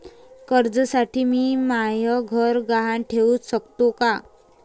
कर्जसाठी मी म्हाय घर गहान ठेवू सकतो का